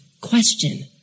question